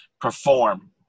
perform